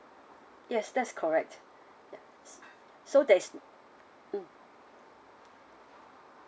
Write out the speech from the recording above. yes that's correct yes so there is mm